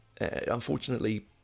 Unfortunately